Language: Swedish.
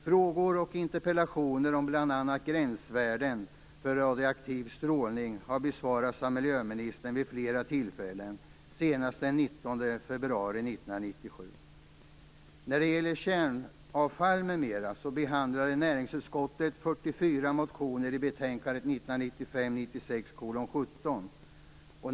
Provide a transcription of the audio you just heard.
Frågor och interpellationer om bl.a. gränsvärden för radioaktiv strålning har besvarats av miljöministern vid flera tillfällen, senast den 19 februari 1997.